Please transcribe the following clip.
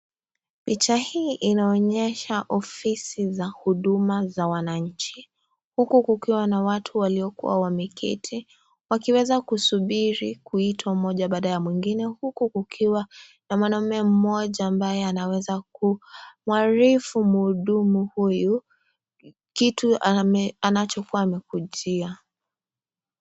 Picha hii inaonyesha ofisi za huduma za wananchi, huku kukiwa na watu waliokua wameketi wakiweza kusubiri kuitwa moja baada ya mwingine huku kukiwa na mwanaume mmoja anaweza kumwarifu muhudumu huyu kitiu anachokuwa anakujia.